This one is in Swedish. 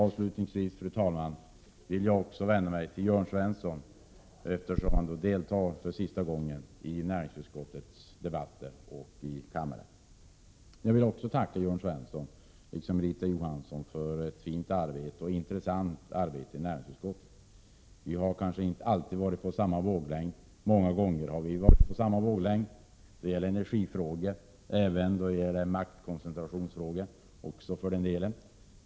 Avslutningsvis vill jag också vända mig till Jörn Svensson, eftersom denne nu för sista gången deltar i behandlingen av näringsutskottets ärenden och i debatten i kammaren. Jag vill liksom Birgitta Johansson tacka Jörn Svensson för ett fint arbete och en intresseväckande insats i näringsutskottet. Vi har inte alltid varit på samma våglängd, men vi har många gånger varit det när det gällt energifrågor och även maktkoncentrationsfrågor.